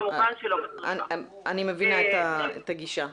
אני מבינה את הגישה.